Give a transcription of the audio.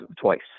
twice